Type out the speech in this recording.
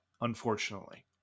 unfortunately